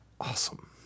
Awesome